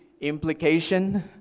implication